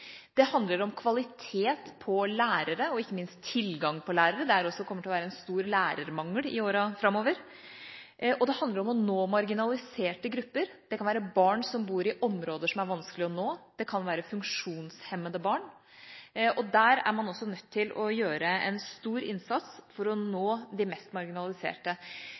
det handler om kvalitet på lærere, og ikke minst om tilgang på lærere – det kommer til å være en stor lærermangel i årene framover – og det handler om å nå marginaliserte grupper. Det kan være barn som bor i områder som er vanskelige å nå, og det kan være funksjonshemmede barn. Man er nødt til å gjøre en stor innsats for å nå de mest marginaliserte.